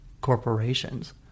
corporations